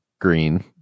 Green